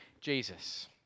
Jesus